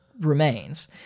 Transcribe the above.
remains